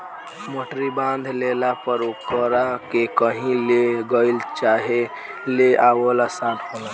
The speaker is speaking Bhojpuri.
मोटरी बांध लेला पर ओकरा के कही ले गईल चाहे ले आवल आसान होला